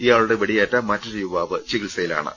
ഇയാളുടെ വെടിയേറ്റ മറ്റൊരു യുവാവ് ചികിത്സയിലാ ണ്